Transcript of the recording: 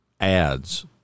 ads